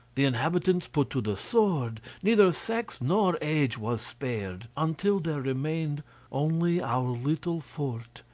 the inhabitants put to the sword, neither sex nor age was spared until there remained only our little fort,